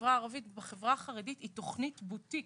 בחברה הערבית ובחברה הערבית, היא תכנית בוטיק.